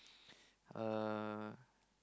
uh